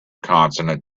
consonant